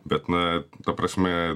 bet na ta prasme